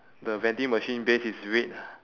the vending machine base is red